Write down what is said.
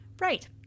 Right